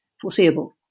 foreseeable